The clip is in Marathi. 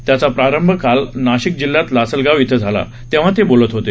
त्याचा प्रारंभ काल नाशिक जिल्ह्यात लासलगाव इथं झाला तेव्हा ते बोलत होते